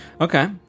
Okay